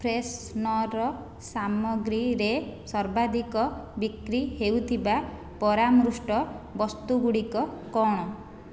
freshener ସାମଗ୍ରୀରେ ସର୍ବାଧିକ ବିକ୍ରି ହେଉଥିବା ପରାମୃଷ୍ଟ ବସ୍ତୁଗୁଡ଼ିକ କ'ଣ